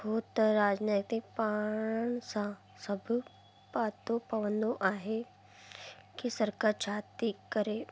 छो त राजनैतिक पाण सां सभु पातो पवंदो आहे की सरकार छा थी करे